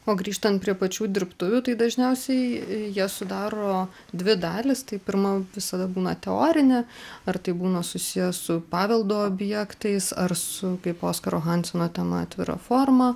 o grįžtant prie pačių dirbtuvių tai dažniausiai jas sudaro dvi dalys tai pirma visada būna teorinė ar tai būna susiję su paveldo objektais ar su kaip oskaro hanseno ten atvira forma